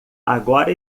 agora